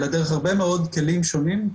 אלא דרך הרבה מאוד כלים שונים,